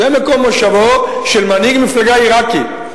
זה מקום מושבו של מנהיג מפלגה עירקי.